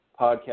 podcast